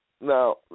now